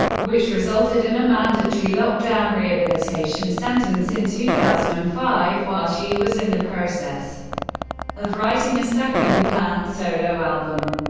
which resulted in a mandatory lockdown rehabilitation sentence in two thousand and five while she was in the process of writing a second planned solo album.